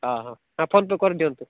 ହଁ ହଁ PhonePe କରିଦିଅନ୍ତୁ